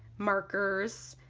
markers,